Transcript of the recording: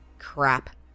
Crap